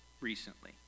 recently